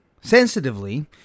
sensitively